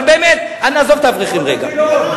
אבל באמת, נעזוב את האברכים רגע.